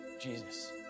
Jesus